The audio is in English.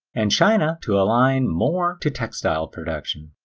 and china to align more to textile production.